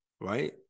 right